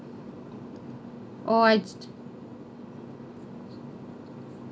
or I